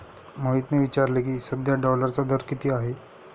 मोहितने विचारले की, सध्या डॉलरचा दर किती आहे?